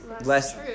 less